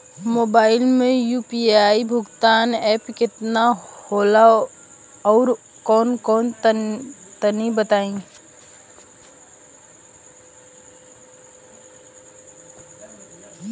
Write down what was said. Mobile म UPI भुगतान app केतना होला आउरकौन कौन तनि बतावा?